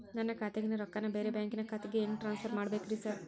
ನನ್ನ ಖಾತ್ಯಾಗಿನ ರೊಕ್ಕಾನ ಬ್ಯಾರೆ ಬ್ಯಾಂಕಿನ ಖಾತೆಗೆ ಹೆಂಗ್ ಟ್ರಾನ್ಸ್ ಪರ್ ಮಾಡ್ಬೇಕ್ರಿ ಸಾರ್?